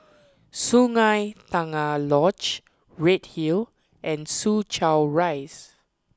Sungei Tengah Lodge Redhill and Soo Chow Rise